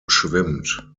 schwimmt